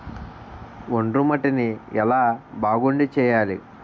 ఒండ్రు మట్టిని ఎలా బాగుంది చేయాలి?